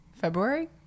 February